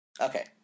Okay